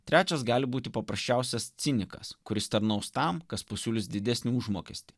trečias gali būti paprasčiausias cinikas kuris tarnaus tam kas pasiūlys didesnį užmokestį